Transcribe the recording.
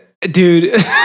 Dude